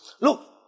Look